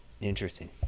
Interesting